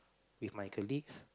with my colleagues